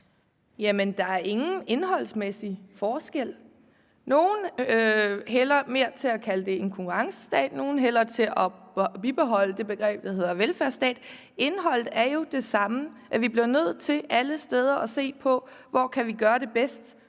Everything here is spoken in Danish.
(SF): Der er ingen indholdsmæssig forskel. Nogle hælder mere til at kalde det en konkurrencestat, andre hælder til at bibeholde det begreb, der hedder velfærdsstaten. Indholdet er det samme. Vi bliver alle steder nødt til at se på, hvor vi kan gøre det bedst